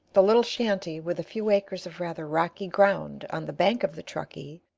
the little shanty, with a few acres of rather rocky ground, on the bank of the truckee,